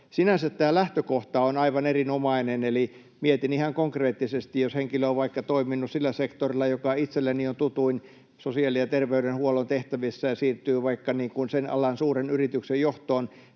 Sinänsä tämä lähtökohta on aivan erinomainen, eli mietin ihan konkreettisesti, että jos henkilö on vaikka toiminut sillä sektorilla, joka itselleni on tutuin, sosiaali- ja terveydenhuollon tehtävissä, ja siirtyy vaikka sen alan suuren yrityksen johtoon,